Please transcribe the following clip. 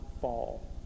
fall